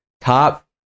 top